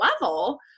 level